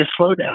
slowdown